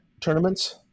tournaments